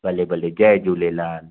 भले भले जय झूलेलाल